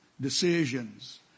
decisions